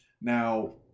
Now